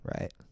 right